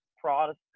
Protestant